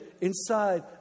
inside